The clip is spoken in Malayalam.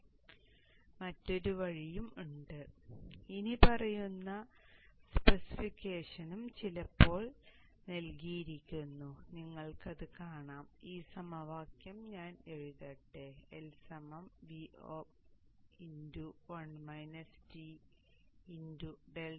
മറ്റൊരു വഴിയും ഉണ്ട് ഇനിപ്പറയുന്ന സ്പെസിഫിക്കേഷനും ചിലപ്പോൾ നൽകിയിരിക്കുന്നു നിങ്ങൾക്കത് കാണാം ഈ സമവാക്യം ഞാൻ എഴുതട്ടെ L Vo ∆IL fs